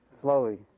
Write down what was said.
Slowly